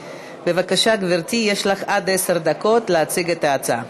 בבקשה, גברתי, יש לך עד עשר דקות להציג את ההצעה.